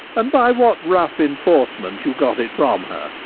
and by what rough enforcement you got it from her.